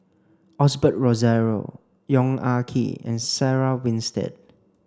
Osbert Rozario Yong Ah Kee and Sarah Winstedt